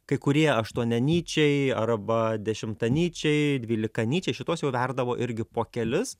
kai kurie aštuonianyčiai arba dešimtanyčiai dvylikanyčiai šituos jau verdavo irgi po kelis